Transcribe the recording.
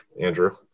Andrew